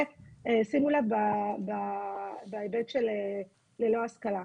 ושימו לב בהיבט של "ללא השכלה".